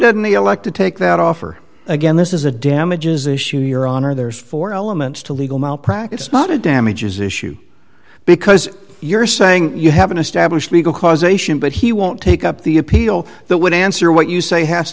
didn't they elect to take that offer again this is a damages issue your honor there's four elements to legal malpractise not a damages issue because you're saying you haven't established legal causation but he won't take up the appeal that would answer what you say has